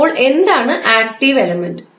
അപ്പോൾ എന്താണ് active element